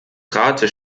rates